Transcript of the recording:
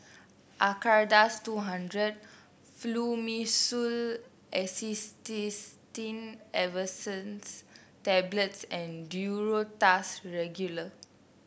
Acardust two Hundred Fluimucil Acetylcysteine Effervescent Tablets and Duro Tuss Regular